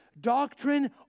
doctrine